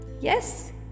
Yes